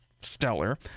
stellar